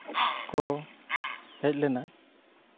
ᱠᱚ ᱦᱮᱡ ᱞᱮᱱᱟ